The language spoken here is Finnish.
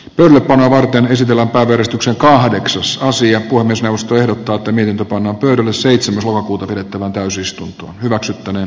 työtä varten esitellä vahvistuksen kahdeksasosia kuin jos joustojen tuottaminen on yli seitsemäs elokuuta pidettävään täysistunto hyväksyttäneen